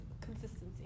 consistency